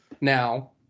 Now